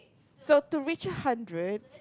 so to reach a hundred